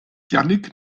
jannick